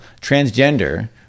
transgender